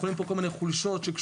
אנחנו רואים פה כל מיני חולשות מבחינת